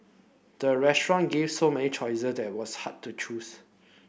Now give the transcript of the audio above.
the restaurant gave so many choices that was hard to choose